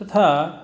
तथा